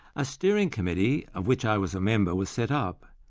a steering committee, of which i was a member, was set up,